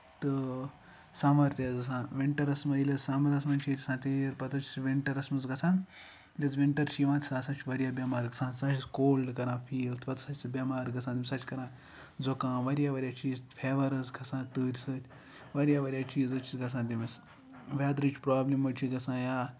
تہٕ سَمر تہِ حظ آسان وِنٹرَس منٛز ییٚلہِ أسۍ سَمرَس منٛز چھ گژھان تیٖر پَتہٕ حظ چھُ سُہ وِنٹرَس منٛز گژھان یُس وِنٹر چھُ یِوان سُہ ہسا چھُ واریاہ بیمار گژھان سُہ سا چھُ اَسہِ کولڈ کران فیٖل پَتہٕ ہسا چھِ بیمار گژھان أمِس ہسا چھُ کران زُکام واریاہ واریاہ چیٖز فیور حظ کھسان تۭرِ سۭتۍ واریاہ واریاہ چیٖز حظ چھِ گژھان تٔمِس ویدرچ پروبلِم حظ چھِ گژھان یا